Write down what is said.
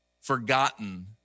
forgotten